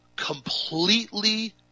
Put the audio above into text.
completely